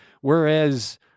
Whereas